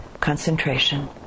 concentration